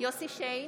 יוסף שיין,